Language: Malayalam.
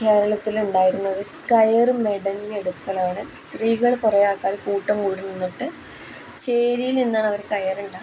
കേരളത്തിലുണ്ടായിരുന്നത് കയർ മെടഞ്ഞെടുക്കലാണ് സ്ത്രീകൾ കുറേ ആൾക്കാർ കൂട്ടം കൂടി നിന്നിട്ട് ചേരിയിൽ നിന്നാണ് അവർ കയർ ഉണ്ടാക്കുന്നത്